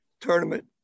tournament